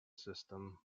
system